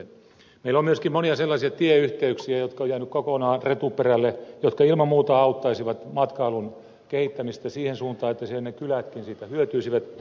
meillä on myöskin monia sellaisia tieyhteyksiä jotka ovat jääneet kokonaan retuperälle ja jotka ilman muuta auttaisivat matkailun kehittämistä siihen suuntaan että siellä ne kylätkin hyötyisivät